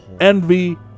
envy